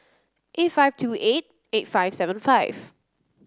eight five two eight eight five seven five